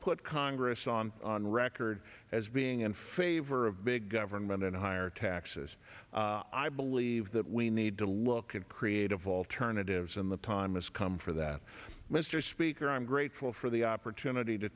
put congress on on record as being in favor of big government and higher taxes i believe that we need to look at creative alternatives in the time has come for that mr speaker i'm grateful for the opportunity to